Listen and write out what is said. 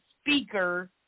speaker